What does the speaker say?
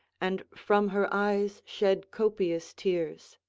and from her eyes shed copious tears.